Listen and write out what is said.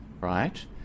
right